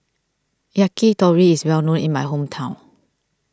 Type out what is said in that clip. Yakitori is well known in my hometown